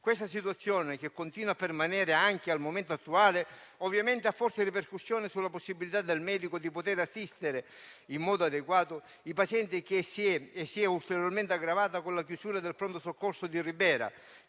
Questa situazione, che continua a permanere anche al momento attuale, ovviamente ha forti ripercussioni sulla possibilità del medico di assistere in modo adeguato i pazienti, e si è ulteriormente aggravata con la chiusura del pronto soccorso di Ribera,